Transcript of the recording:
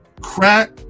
crack